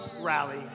rally